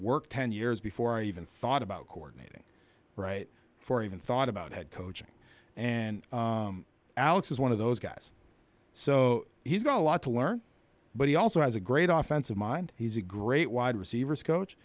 work ten years before i even thought about courtney right for even thought about head coaching and alex is one of those guys so he's got a lot to learn but he also has a great oftens of mind he's a great wide receivers coach